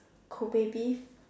Kobe beef